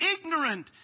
ignorant